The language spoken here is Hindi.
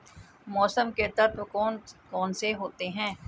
मौसम के तत्व कौन कौन से होते हैं?